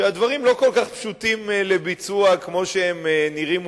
שהדברים לא כל כך פשוטים לביצוע כמו שהם נראים,